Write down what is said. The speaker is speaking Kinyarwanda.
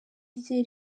rye